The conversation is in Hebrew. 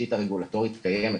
התשתית הרגולטורית קיימת.